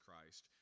Christ